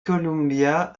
columbia